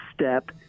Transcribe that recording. step